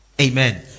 Amen